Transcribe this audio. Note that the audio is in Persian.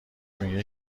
میگه